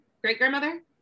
great-grandmother